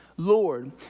Lord